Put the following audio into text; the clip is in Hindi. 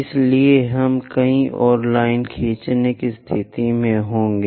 इसलिए हम कई और लाइनें खींचने की स्थिति में होंगे